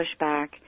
pushback